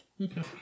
Okay